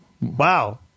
Wow